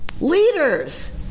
Leaders